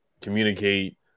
communicate